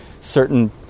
certain